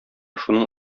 шуның